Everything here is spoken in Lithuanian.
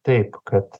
taip kad